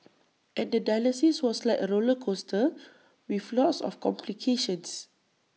and the dialysis was like A roller coaster with lots of complications